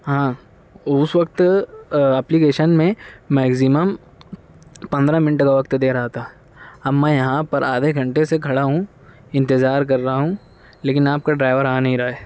ہاں اس وقت اپلیکیشن میں میگزمم پندرہ منٹ کا وقت دے رہا تھا اب میں یہاں پر آدھے گھنٹے سے کھڑا ہوں انتظار کر رہا ہوں لیکن آپ کا ڈرائیور آ نہیں رہا ہے